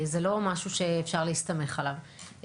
זה לא משהו שאפשר להסתמך עליו.